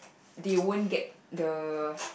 they won't get the